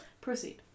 proceed